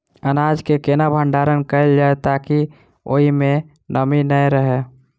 अनाज केँ केना भण्डारण कैल जाए ताकि ओई मै नमी नै रहै?